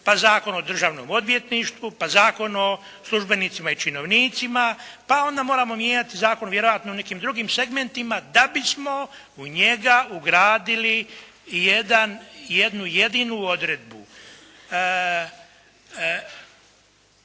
pa Zakon o državnom odvjetništvu, pa Zakon o službenicima i činovnicima, pa onda moramo mijenjati zakon vjerojatno u nekim drugim segmentima da bismo u njega ugradili jednu jedinu odredbu.